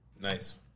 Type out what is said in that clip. Nice